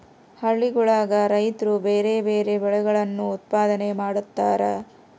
ಹಳ್ಳಿಗುಳಗ ರೈತ್ರು ಬ್ಯಾರೆ ಬ್ಯಾರೆ ಬೆಳೆಗಳನ್ನು ಉತ್ಪಾದನೆ ಮಾಡತಾರ